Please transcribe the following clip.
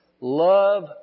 Love